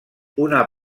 una